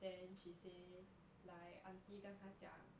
then she say like aunty 跟她讲